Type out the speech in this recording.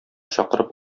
чакырып